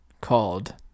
Called